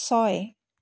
ছয়